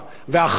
האחריות,